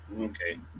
Okay